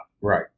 Right